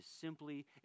simply